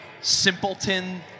simpleton